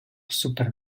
super